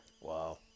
Wow